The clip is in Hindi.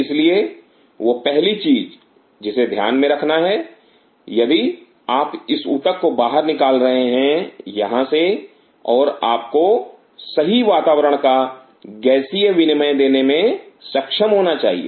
इसलिए वह पहली चीज जिसे ध्यान में रखना है यदि आप इस ऊतक को बाहर निकाल रहे हैं यहां से और आपको सही वातावरण का गैसीय विनिमय देने में सक्षम होना चाहिए